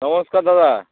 নমস্কার দাদা